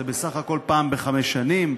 זה בסך הכול פעם בחמש שנים,